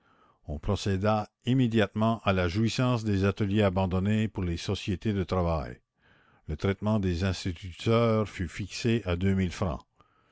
on procéda immédiatement à la jouissance des ateliers abandonnés pour les société de travail le traitement des instituteurs fut fixé à deux mille francs